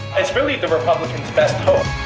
it's really the republican's best hope.